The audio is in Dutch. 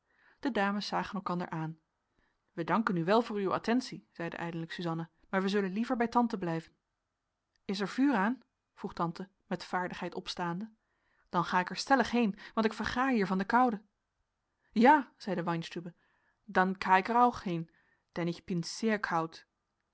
de dames zagen elkander aan wij danken u wel voor uwe attentie zeide eindelijk suzanna maar wij zullen liever bij tante blijven is er vuur aan vroeg tante met vaardigheid opstaande dan ga ik er stellig heen want ik verga hier van de koude ja zeide weinstübe dan ka ich er auch heen denn ich pin sehr